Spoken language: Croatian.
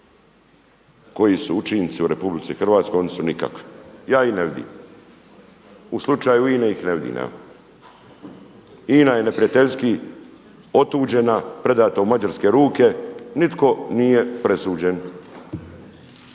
koji su učinci u RH, oni su nikakvi, ja ih ne vidim. U slučaju INA-e ih ne vidim, INA je neprijateljski otuđena, predata u mađarske ruke, nitko nije presuđen